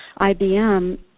IBM